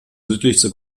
südlichste